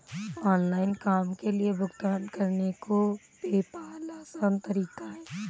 online काम के लिए भुगतान करने का पेपॉल आसान तरीका है